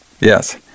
Yes